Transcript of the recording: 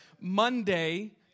Monday